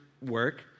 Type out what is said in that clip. work